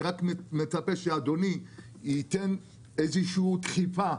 אני רק מצפה שאדוני ייתן איזו דחיפה,